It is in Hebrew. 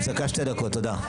מה שאני מבקש,